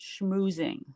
schmoozing